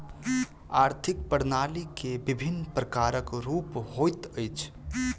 आर्थिक प्रणाली के विभिन्न प्रकारक रूप होइत अछि